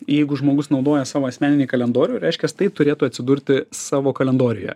jeigu žmogus naudoja savo asmeninį kalendorių reiškias tai turėtų atsidurti savo kalendoriuje